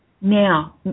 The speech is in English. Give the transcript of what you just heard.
Now